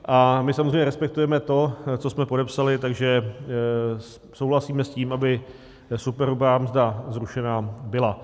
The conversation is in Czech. A my samozřejmě respektujeme to, co jsme podepsali, takže souhlasíme s tím, aby superhrubá mzda zrušena byla.